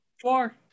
Four